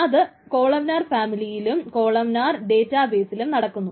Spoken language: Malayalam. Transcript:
ഇത് കോളംനാർ ഫാമിലിയിലും കോളംനാർ ഡേറ്റാ ബെയ്സിലും നടക്കുന്നു